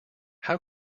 how